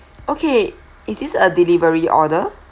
okay is this a delivery order